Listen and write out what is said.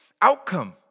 outcome